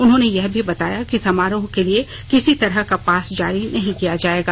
उन्होंने यह भी बताया कि समारोह के लिए किसी तरह का पास जारी नहीं किया जायेगा